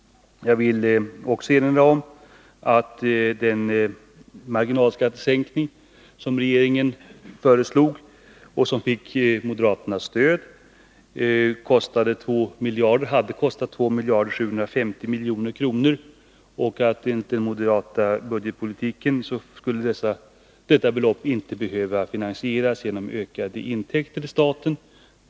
Jag vill även erinra om att den marginalskattesänkning som regeringen föreslog och som fick moderaternas stöd hade kostat 2 750 milj.kr. Enligt den moderata budgetpolitiken skulle detta belopp inte behöva finansieras genom ökade intäkter till staten.